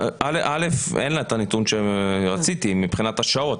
אין לה את הנתון שרציתי מבחינת השעות,